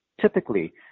typically